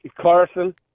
Carson